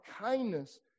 kindness